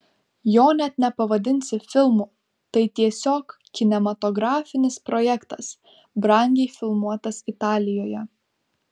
jo net nepavadinsi filmu tai tiesiog kinematografinis projektas brangiai filmuotas italijoje